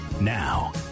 now